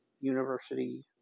university